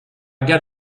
got